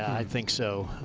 i think so.